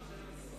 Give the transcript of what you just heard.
אני נגד.